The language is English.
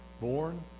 born